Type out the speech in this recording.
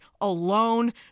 alone